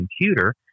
computer